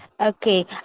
okay